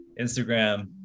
Instagram